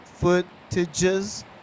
footages